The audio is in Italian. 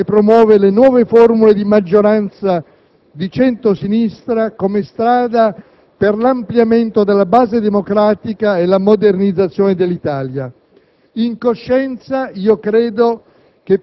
con l'apertura ai socialisti, partecipa e promuove le nuove formule di maggioranza di centro-sinistra come strada per l'ampliamento della base democratica e la modernizzazione dell'Italia.